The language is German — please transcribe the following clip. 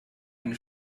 eine